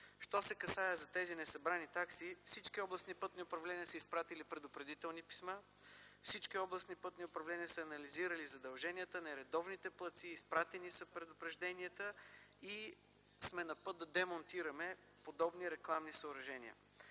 Що се касае до несъбраните такси, всички областни пътни управления са изпратили предупредителни писма. Всички областни пътни управления са анализирали задълженията на редовните платци, изпратени са предупрежденията. На път сме да демонтираме подобни рекламни съоръжения.